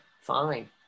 fine